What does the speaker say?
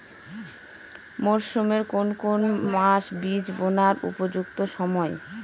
মরসুমের কোন কোন মাস বীজ বোনার উপযুক্ত সময়?